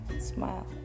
Smile